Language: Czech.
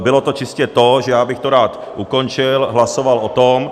Bylo to čistě to, že já bych to rád ukončil, hlasoval o tom.